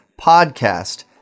podcast